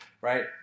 right